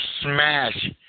smash